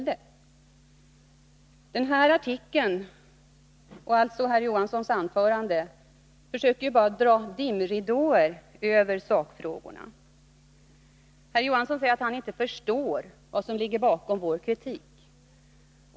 Den här artikeln, och alltså herr Johanssons anförande, försöker bara dra dimridåer över sakfrågorna. Herr Johansson säger att han inte förstår vad som ligger bakom vår kritik.